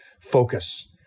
focus